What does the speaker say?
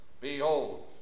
Behold